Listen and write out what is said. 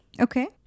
Okay